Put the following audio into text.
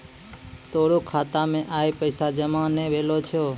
तोरो खाता मे आइ पैसा जमा नै भेलो छौं